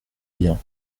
bien